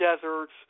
deserts